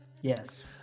yes